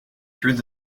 through